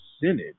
Synod